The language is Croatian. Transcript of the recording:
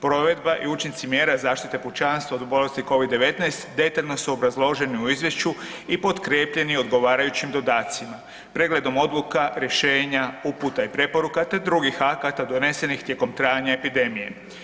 Provedba i učinci mjera zaštite pučanstva od bolesti COVID-19, detaljno su obrazloženi u izvješću i potkrijepljeni odgovarajućim dodacima pregledom odluka, rješenja, uputa i preporuka te drugih akata donesenih tijekom trajanja epidemije.